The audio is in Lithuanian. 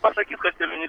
pasakyt kad tie ministrai